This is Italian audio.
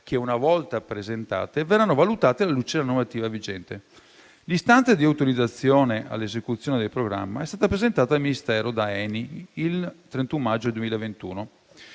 che, una volta presentate, verranno valutate alla luce della normativa vigente. L'istanza di autorizzazione all'esecuzione del programma è stata presentata al Ministero da ENI il 31 maggio 2021